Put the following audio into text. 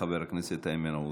חבר הכנסת איימן עודה.